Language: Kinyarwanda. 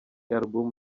album